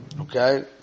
Okay